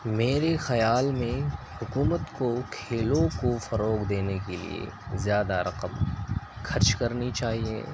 میرے خیال میں حکومت کو کھیلوں کو فروغ دینے کے لیے زیادہ رقم خرچ کرنی چاہیے